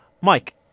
Mike